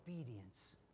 obedience